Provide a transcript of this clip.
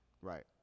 Right